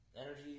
Energy